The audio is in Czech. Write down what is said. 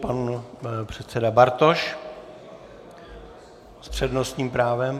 Pan předseda Bartoš s přednostním právem.